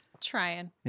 trying